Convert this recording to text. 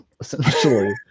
essentially